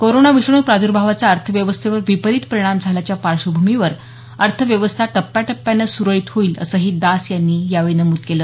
corona विषाणू प्रादुर्भावाचा अर्थव्यवस्थेवर विपरित परिणाम झाल्याच्या पार्श्वभूमीवर अर्थव्यवस्था टप्प्याटप्प्यानं सुरळित होईल असंही दास यांनी यावेळी नमूद केलं